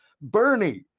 Bernie